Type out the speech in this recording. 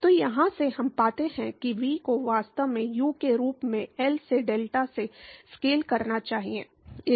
तो यहाँ से हम पाते हैं कि V को वास्तव में U के रूप में L से डेल्टा में स्केल करना चाहिए